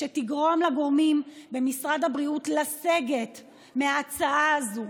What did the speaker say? שתגרום לגורמים במשרד הבריאות לסגת מההצעה הזאת,